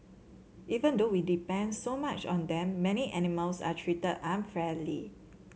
even though we depend so much on them many animals are treated unfairly